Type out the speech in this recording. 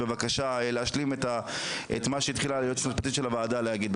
בבקשה להשלים את מה שהתחילה היועצת המשפטית של הוועדה להגיד.